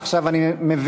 עכשיו אני מבין